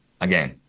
again